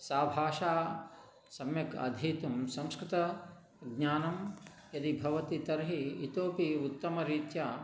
सा भाषा सम्यक् अधीतुं संस्कृतज्ञानं यदि भवति तर्हि इतोऽपि उत्तमरीत्या